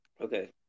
Okay